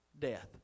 Death